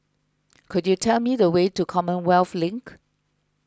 could you tell me the way to Commonwealth Link